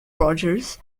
rogers